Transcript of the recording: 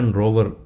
rover